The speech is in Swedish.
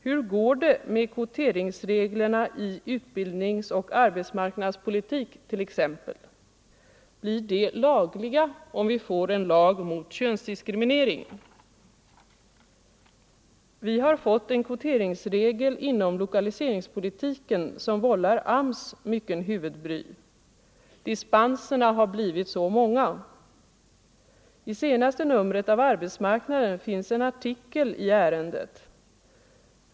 Hur går det med kvoteringsreglerna i utbildningsoch arbetsmarknadspolitik t.ex.? Blir de lagliga om vi får en lag mot könsdiskriminering? Vi har fått en kvoteringsregel inom lokaliseringspolitiken som vållar AMS mycken huvudbry. Dispenserna har blivit många. I senaste numret av Arbetsmarknaden finns en artikel i ärendet.